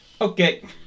Okay